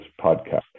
podcast